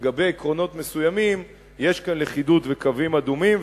שלגבי עקרונות מסוימים יש כאן לכידות וקווים אדומים,